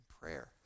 prayer